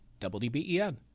WBEN